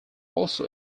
also